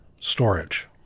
storage